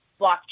blockchain